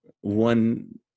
One